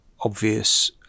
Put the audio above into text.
obvious